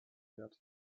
wert